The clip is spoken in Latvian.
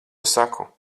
saku